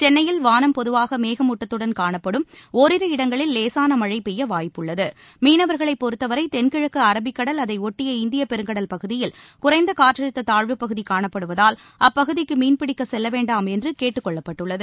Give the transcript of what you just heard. சென்னையில் வானம் பொதுவாக மேகமூட்டத்துடன் காணப்படும் ஒரிரு இடங்களில் லேசான மழை பெய்ய வாய்ப்புள்ளது மீனவர்களைப் பொறுத்தவரை தென்கிழக்கு அரப்பிக்கடல் அதை ஒட்டிய இந்தியப் பெருங்கடல் பகுதியில் குறைந்த காற்றழுத்த தாழ்வு பகுதி காணப்படுவதால் அப்பகுதிக்கு மீன்பிடிக்கச் செல்ல வேண்டாம் என்று கேட்டுக் கொள்ளப்பட்டுள்ளது